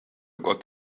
got